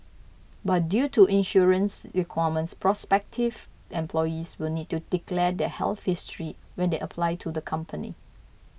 but due to insurance requirements prospective employees will need to declare their health history when they apply to the company